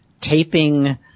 Taping